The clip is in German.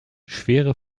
schwere